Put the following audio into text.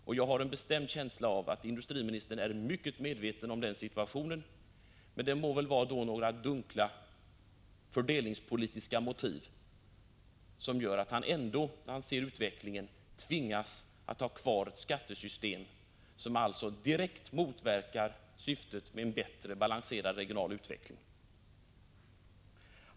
Och jag har en bestämd känsla av att industriministern är mycket medveten om den situationen. Det må väl vara några dunkla fördelningspolitiska motiv som gör att han ändå — när han ser utvecklingen — tvingas att ha kvar ett skattesystem som direkt motverkar syftet med en bättre balanserad regional utveckling.